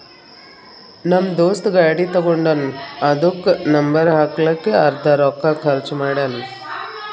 ನಮ್ ದೋಸ್ತ ಗಾಡಿ ತಗೊಂಡಾನ್ ಅದುಕ್ಕ ನಂಬರ್ ಹಾಕ್ಲಕ್ಕೆ ಅರ್ದಾ ರೊಕ್ಕಾ ಖರ್ಚ್ ಮಾಡ್ಯಾನ್